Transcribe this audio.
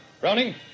Browning